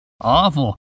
Awful